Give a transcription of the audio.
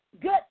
good